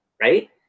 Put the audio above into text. Right